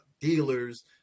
dealers